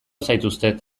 zaituztet